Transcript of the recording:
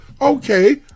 Okay